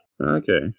Okay